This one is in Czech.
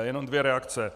Jenom dvě reakce.